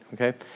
Okay